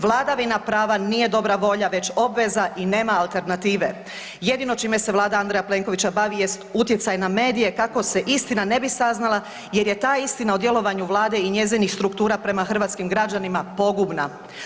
Vladavina prava nije dobra volje već obveza i nema alternative, jedino čime se Vlada Andreja Plenkovića bavi jest utjecaj na medije kako se istina ne bi saznala jer je ta istina o djelovanju Vlade i njezinih struktura prema hrvatskim građanima pogubna.